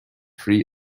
free